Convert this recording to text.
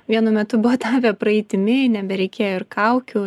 vienu metu buvo tapę praeitimi nebereikėjo ir kaukių